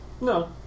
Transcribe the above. No